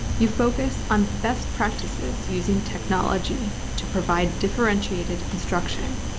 you focus on best practices using technology to provide differentiated instruction,